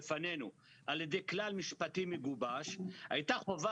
לפני כמה חודשים, מתי זה היה?